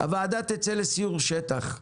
הוועדה תצא לסיור שטח,